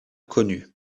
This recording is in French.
connus